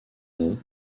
nom